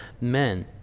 men